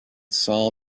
saw